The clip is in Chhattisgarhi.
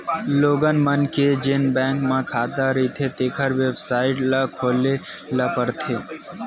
लोगन मन के जेन बैंक म खाता रहिथें तेखर बेबसाइट ल खोले ल परथे